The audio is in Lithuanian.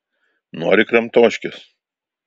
nori kramtoškės